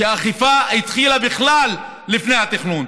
שהאכיפה התחילה בכלל לפני התכנון.